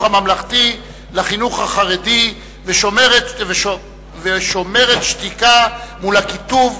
הממלכתי לחינוך החרדי ושומרת על שתיקה מול הקיטוב,